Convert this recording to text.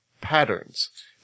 patterns